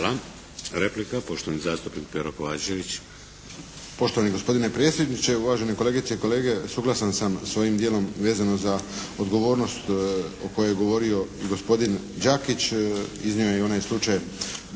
Hvala. Replika poštovani zastupnik Pero Kovačević.